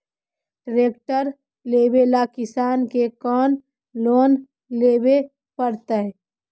Tractor लेवेला किसान के कौन लोन लेवे पड़तई?